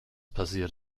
passiert